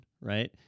right